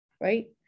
right